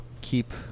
keep